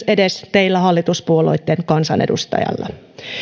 edes teillä hallituspuolueitten kansanedustajilla